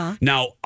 Now